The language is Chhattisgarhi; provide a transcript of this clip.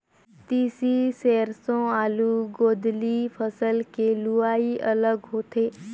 तिसी, सेरसों, आलू, गोदंली फसल के लुवई अलग होथे